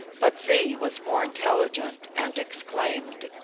but zee was more intelligent, and exclaimed,